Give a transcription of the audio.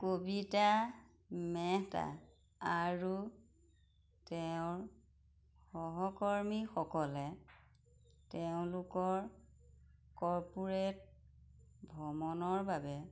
কবিতা মেহতা আৰু তেওঁৰ সহকৰ্মীসকলে তেওঁলোকৰ কৰ্পোৰেট ভ্ৰমণৰ বাবে